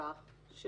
כלומר,